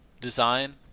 design